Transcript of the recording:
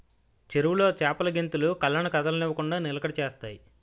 చెరువులో చేపలు గెంతులు కళ్ళను కదలనివ్వకుండ నిలకడ చేత్తాయి